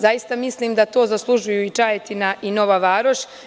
Zaista mislim da to zaslužuju i Čajetina i Nova Varoš.